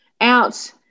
out